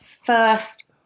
first